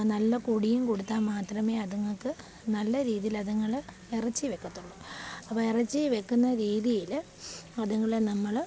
നല്ല കുടിയും കൊടുത്താ മാത്രമേ അതുങ്ങക്ക് നല്ല രീതിയില് അതുങ്ങള് ഇറച്ചി വെക്കത്തുള്ളൂ അപ്പോൾ ഇറച്ചി വെക്കുന്ന രീതിയില് അതുങ്ങളെ നമ്മള്